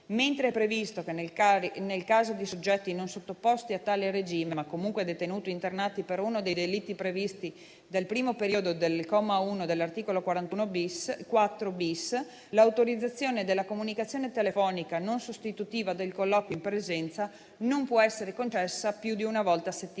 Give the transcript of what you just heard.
invece previsto che, nel caso di soggetti non sottoposti a tale regime, ma comunque detenuti o internati per uno dei delitti previsti dal primo periodo del comma 1 dell'articolo 4*-bis* dell'ordinamento penitenziario*,* l'autorizzazione della comunicazione telefonica non sostitutiva del colloquio in presenza non può essere concessa più di una volta a settimana.